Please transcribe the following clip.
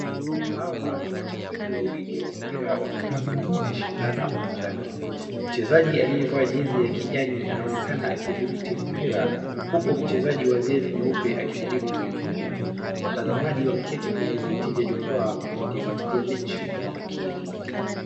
Hawa ni wachezaji wawili wa mpira wa vikapu wakishikinana uwanjani. Mchezaji aliyevaa jezi ya kijani anaonekana akividiti mpira, huku mchezaji wa jezi nyeupe akijaribu kumzuia. Watazamaji wameketi kwenye viti vya jukwaa wakifuatilia mechi kwa makini.